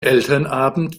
elternabend